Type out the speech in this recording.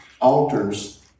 Altars